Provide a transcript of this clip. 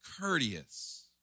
courteous